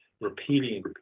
repeating